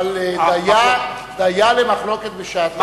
אבל דיה למחלוקת בשעתה.